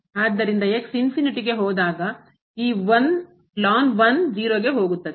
ಆದ್ದರಿಂದ ಹೋದಾಗ ಈ 1 0 ಗೆ ಹೋಗುತ್ತದೆ